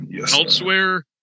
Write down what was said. elsewhere